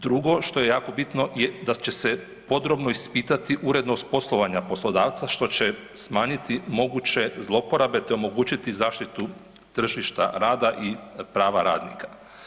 Drugo, što je jako bitno je da će podrobno ispitati podrobno ispitati urednost poslovanja poslodavaca što će smanjiti moguće zlouporabe te omogućiti zaštitu tržišta rada i prava radnika.